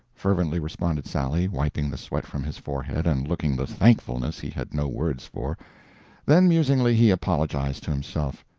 fervently responded sally, wiping the sweat from his forehead and looking the thankfulness he had no words for then, musingly, he apologized to himself.